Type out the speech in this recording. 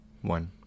one